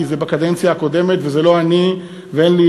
כי זה בקדנציה הקודמת וזה לא אני ואין לי